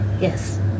Yes